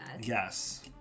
Yes